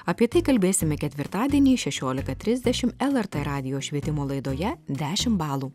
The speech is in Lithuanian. apie tai kalbėsime ketvirtadienį šešiolika trisdešim lrt radijo švietimo laidoje dešimt balų